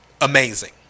amazing